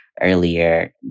Earlier